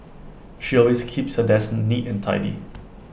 she always keeps her desk neat and tidy